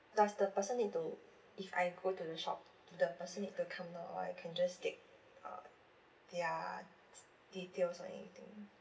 does the person need to if I go to the shop do the person need to come down or I can just take uh their details or anything